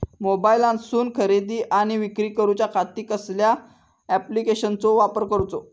मोबाईलातसून खरेदी आणि विक्री करूच्या खाती कसल्या ॲप्लिकेशनाचो वापर करूचो?